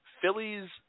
Phillies